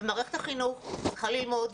מערכת החינוך צריכה ללמוד,